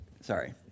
sorry